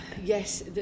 Yes